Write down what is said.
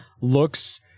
looks